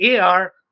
AR